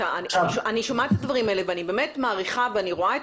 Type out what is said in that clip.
אני שומעת את הדברים האלה ואני מעריכה ורואה את